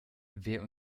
wer